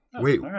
Wait